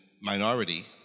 minority